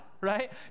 right